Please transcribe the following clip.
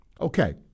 Okay